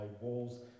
walls